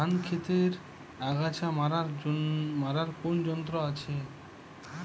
ধান ক্ষেতের আগাছা মারার কোন যন্ত্র আছে?